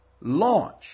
launch